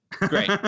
great